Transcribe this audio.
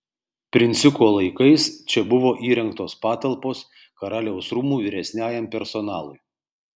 princiuko laikais čia buvo įrengtos patalpos karaliaus rūmų vyresniajam personalui